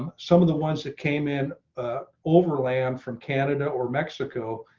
um some of the ones that came in overland from canada or mexico.